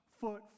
foot